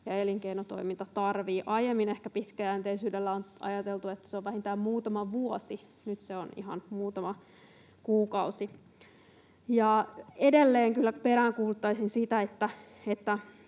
ja pitkäjänteisyyttä. Aiemmin ehkä pitkäjänteisyydellä on ajateltu, että se on vähintään muutama vuosi. Nyt se on ihan muutama kuukausi. Edelleen kyllä peräänkuuluttaisin sitä,